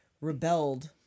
rebelled